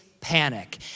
panic